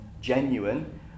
genuine